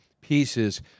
pieces